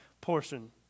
portion